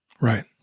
Right